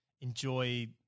enjoy